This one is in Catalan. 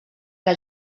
que